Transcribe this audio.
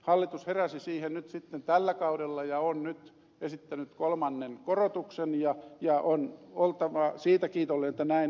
hallitus heräsi siihen nyt sitten tällä kaudella ja on nyt esittänyt kolmannen korotuksen ja on oltava siitä kiitollinen että näin on tehty